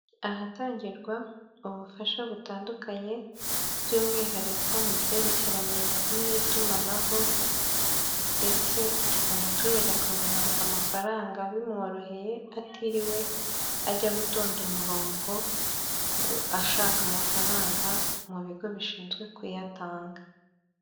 Ahatangirwa ubufasha butandukanye by'umwihariko mu byerekeranye n'itumanaho ndetse umuturage abona amafaranga bimworoheye atiriwe ajya gutonda umurongo ashaka amafaranga mu bigo bishinzwe kuyatanga.